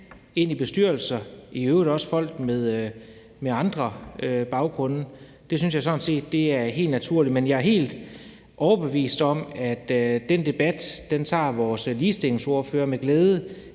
ind i bestyrelser, i øvrigt også folk med andre baggrunde. Det synes jeg sådan set er helt naturligt. Men jeg er helt overbevist om, at den debat tager vores ligestillingsordfører med glæde